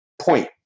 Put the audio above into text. point